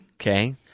Okay